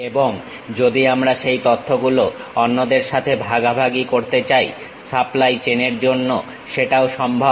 এবং যদি আমরা সেই তথ্যগুলো অন্যদের সাথে ভাগাভাগি করতে চাই সাপ্লাই চেন এর জন্য সেটাও সম্ভব